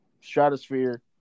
stratosphere